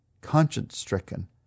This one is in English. conscience-stricken